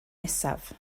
nesaf